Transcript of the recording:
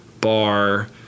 bar